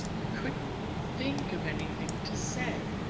i couldn't think of anything to say.